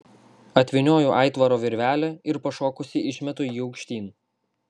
atvynioju aitvaro virvelę ir pašokusi išmetu jį aukštyn